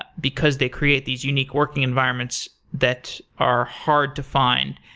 ah because they create these unique working environments that are hard to find.